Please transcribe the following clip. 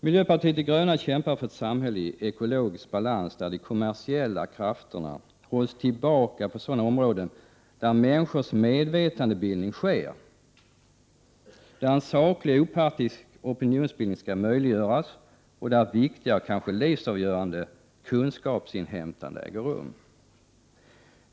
Miljöpartiet de gröna kämpar för ett samhälle i ekologisk balans där de kommersiella krafterna hålls tillbaka på sådana områden där människors medvetandebildning sker. På dessa områden skall en saklig och opartisk opinionsbildning möjliggöras, och där äger ett viktigt och kanske livsavgörande kunskapsinhämtande rum.